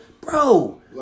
Bro